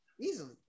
easily